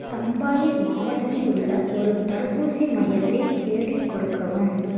சம்பாயி மாவட்டத்தில் உள்ள ஒரு தடுப்பூசி மையத்தை தேடி கொடுக்கவும்